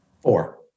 Four